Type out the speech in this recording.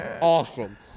awesome